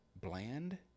bland